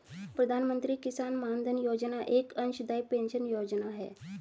प्रधानमंत्री किसान मानधन योजना एक अंशदाई पेंशन योजना है